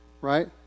Right